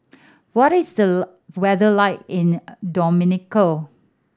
what is the weather like in Dominica